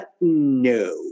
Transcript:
No